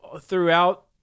Throughout